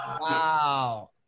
Wow